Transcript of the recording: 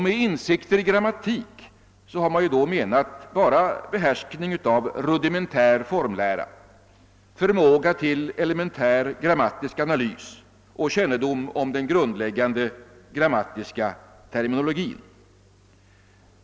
Med insikter i grammatik har man då menat kunskap i rudimentär formlära, förmåga till elementär grammatisk analys och kännedom om den grundläggande grammatiska terminologin.